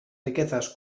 riquezas